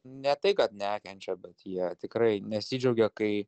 ne tai kad nekenčia bet jie tikrai nesidžiaugia kai